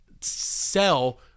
sell